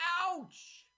Ouch